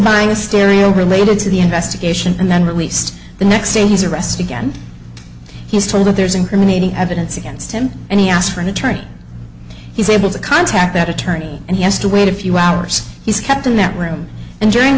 buying a stereo related to the investigation and then released the next day his arrest again he's told that there's incriminating evidence against him and he asked for an attorney he's able to contact that attorney and he has to wait a few hours he's kept in that room and during